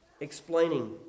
explaining